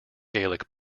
gaelic